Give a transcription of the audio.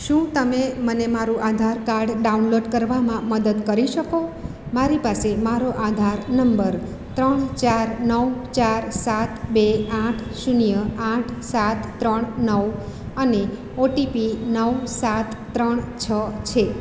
શું તમે મને મારું આધાર કાર્ડ ડાઉનલોડ કરવામાં મદદ કરી શકો મારી પાસે મારો આધાર નંબર ત્રણ ચાર નવ ચાર સાત બે આઠ શૂન્ય આઠ સાત ત્રણ નવ અને ઓટીપી નવ સાત ત્રણ છ છે